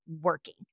working